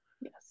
Yes